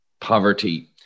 poverty